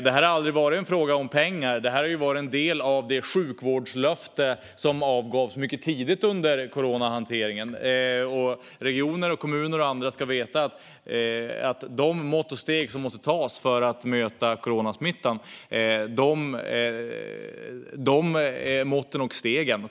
Det har aldrig varit en fråga om pengar; detta har varit en del av det sjukvårdslöfte som avgavs mycket tidigt under coronahanteringen. Regioner, kommuner och andra ska veta att staten tar notan för de mått och steg som måste tas för att möta coronasmittan. Så enkelt är det.